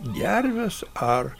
gerves ar